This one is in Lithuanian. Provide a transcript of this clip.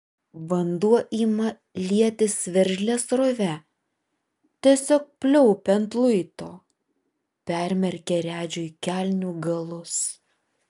vanduo ima lietis veržlia srove tiesiog pliaupia ant luito permerkia redžiui kelnių galus